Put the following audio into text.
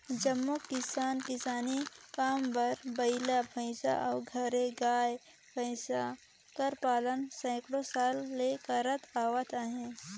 जम्मो किसान किसानी काम बर बइला, भंइसा अउ घरे गाय, भंइस कर पालन सैकड़ों साल ले करत आवत अहें